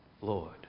Lord